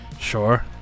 Sure